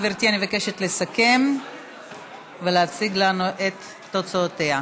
גברתי, אני מבקשת לסכם ולהציג לנו את תוצאותיה.